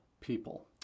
people